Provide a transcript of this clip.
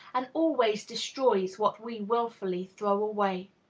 and always destroys what we wilfully throw away.